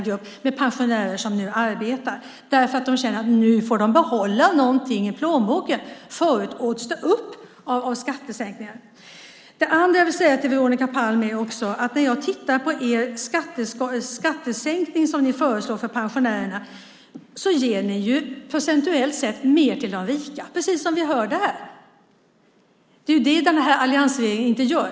Gruppen med pensionärer som arbetar växer för varje dag därför att de nu känner att de får behålla något i plånboken. Förut åts det upp av skatter. Det andra jag vill säga till Veronica Palm är att med den skattesänkning som ni föreslår för pensionärerna ger ni procentuellt sett mer till de rika, precis som vi hörde här. Det gör inte alliansregeringen.